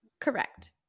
correct